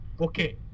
Okay